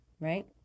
right